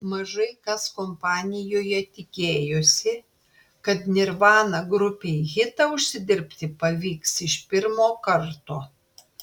mažai kas kompanijoje tikėjosi kad nirvana grupei hitą užsidirbti pavyks iš pirmo karto